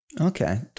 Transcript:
Okay